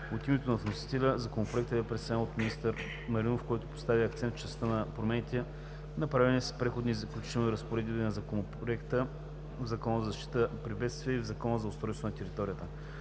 От името на вносителя Законопроектът бе представен от министър Маринов, който постави акцент в частта на промените, направени с Преходните и заключителните разпоредби на Законопроекта в Закона за защита при бедствия и в Закона за устройство на територията.